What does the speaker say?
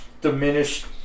diminished